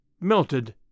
melted